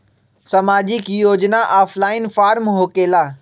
समाजिक योजना offline form होकेला?